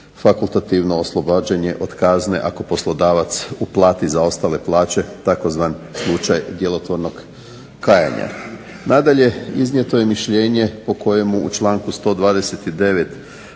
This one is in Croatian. fakultativno oslobađanje od kazne ako poslodavac uplati zaostale plaće, tzv. slučaj djelotvornog kajanja. Nadalje iznijeto je mišljenje po kojemu u članku 129.